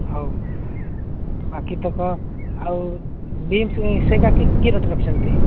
ହେଉ ବାକିତକ ଆଉ ବିମ୍ସ୍ ସେଇଟା କି କି ରେଟ୍ ରଖିଛନ୍ତି